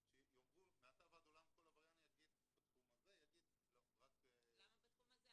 שיאמרו מעתה ועד עולם כל עבריין בתחום הזה --- למה בתחום הזה?